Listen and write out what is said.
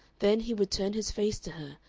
then he would turn his face to her,